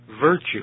virtue